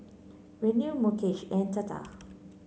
Renu Mukesh and Tata